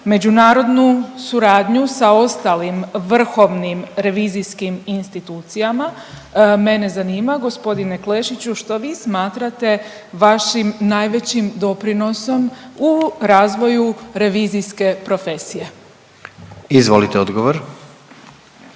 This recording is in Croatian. međunarodnu suradnju sa ostalim vrhovnim revizijskim institucijama, mene zanima, g. Klešiću, što vi smatrate vašim najvećim doprinosom u razvoju revizijske profesije? **Jandroković,